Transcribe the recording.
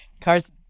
cars